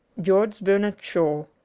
george bernard shaw